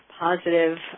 positive